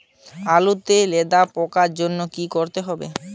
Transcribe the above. আলুতে লেদা পোকার জন্য কি করতে হবে?